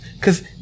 Cause